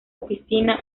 oficina